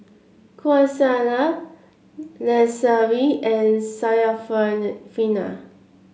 Qaisara Lestari and Syarafina